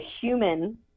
human